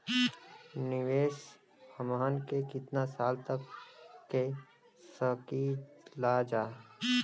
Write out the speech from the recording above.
निवेश हमहन के कितना साल तक के सकीलाजा?